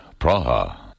Praha